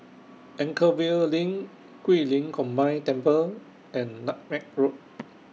Anchorvale LINK Guilin Combined Temple and Nutmeg Road